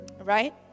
Right